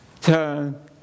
Turn